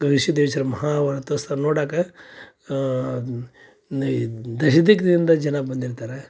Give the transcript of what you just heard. ಗವಿಸಿದ್ಧೇಶ್ವರ ಮಹಾರಥೋತ್ಸವ ನೋಡಕ್ಕ ದಶ ದಿಕ್ಕಿನಿಂದ ಜನ ಬಂದಿರ್ತಾರೆ